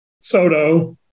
Soto